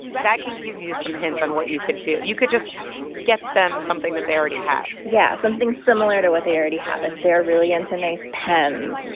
that can give you some hints on what you could do. you could just get them something that they already have yeah, something similar to what they already have. if they're really into nice pens,